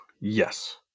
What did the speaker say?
Yes